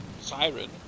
Siren